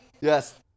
Yes